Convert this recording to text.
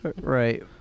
Right